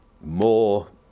more